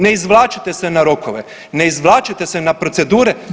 Ne izvlačite se na rokove, ne izvlačite se na procedure.